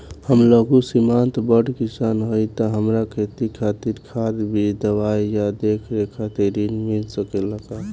हम लघु सिमांत बड़ किसान हईं त हमरा खेती खातिर खाद बीज दवाई आ देखरेख खातिर ऋण मिल सकेला का?